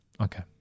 Okay